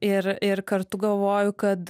ir ir kartu galvoju kad